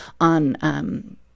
on